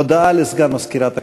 הודעה לסגן מזכירת הכנסת.